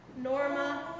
Norma